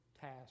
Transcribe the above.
task